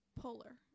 Polar